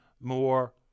more